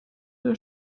der